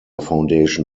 foundation